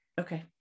Okay